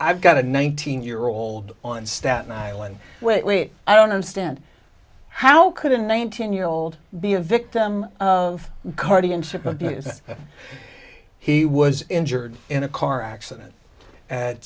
i've got a nineteen year old on staten island which i don't understand how could a nineteen year old be a victim of guardianship abuse he was injured in a car accident at